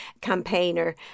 campaigner